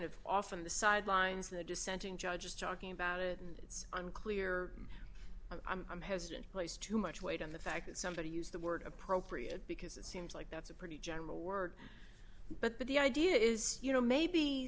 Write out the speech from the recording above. of off on the sidelines the dissenting judges talking about it and it's unclear i'm hesitant placed too much weight on the fact that somebody used the word appropriate because it seems like that's a pretty general word but the idea is you know maybe